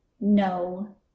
no